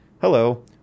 hello